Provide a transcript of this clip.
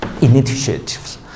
initiatives